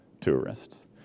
tourists